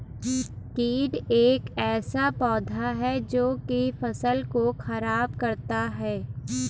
कीट एक ऐसा पौधा है जो की फसल को खराब करता है